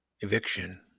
eviction